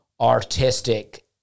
artistic